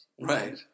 Right